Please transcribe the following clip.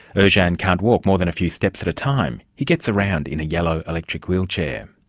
ah yeah and can't walk more than a few steps at a time, he gets around in a yellow electric wheelchair.